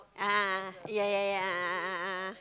a'ah a'ah yeah yeah yeah a'ah a'ah a'ah